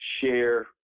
share